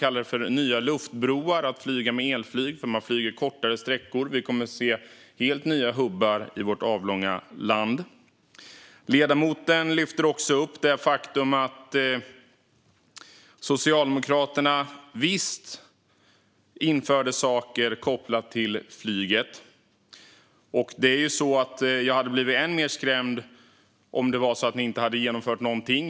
Man talar om nya luftbroar när man flyger med elflyg, för man flyger kortare sträckor. Vi kommer att se helt nya hubbar i vårt avlånga land. Ledamoten lyfter också upp att Socialdemokraterna visst införde saker kopplade till flyget. Jag hade blivit än mer skrämd om ni inte hade genomfört någonting.